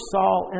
Saul